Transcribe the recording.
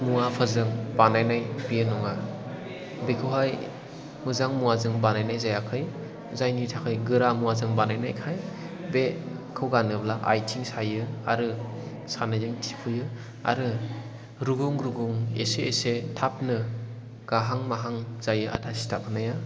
मुवाफोरजों बानायनाय बे नङा बेखौहाय मोजां मुवाजों बानायनाय जायाखै जायनि थाखाय गोरा मुवाजों बानायनायखाय बेखौ गानोब्ला आथिं सायो आरो सानायजों थिफुयो आरो रुगुं रुगुं एसे एसे थाबनो गाहां माहां जायो आथा सिथाबनाया